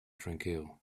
tranquil